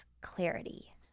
clarity